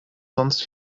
sonst